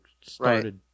started